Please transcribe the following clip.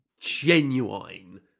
genuine